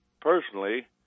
personally